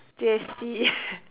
J_C